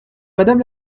madame